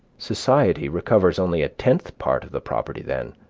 society recovers only a tenth part of the property then.